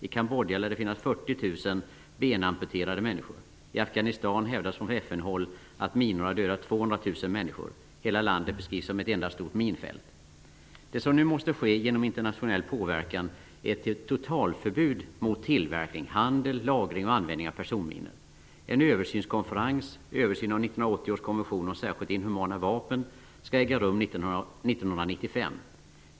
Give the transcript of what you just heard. I Cambodja lär det finnas 40 000 benamputerade människor. I Afghanistan hävdas från FN-håll att minor har dödat 200 000 människor. Hela landet beskrivs som ett enda stort minfält. Det som nu måste ske genom internationell påverkan är ett totalförbud mot tillverkning, handel, lagring och användning av personminor. En översynskonferens -- översyn av 1980 års konvention om särskilt inhumana vapen -- skall äga rum 1995.